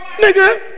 Nigga